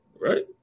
right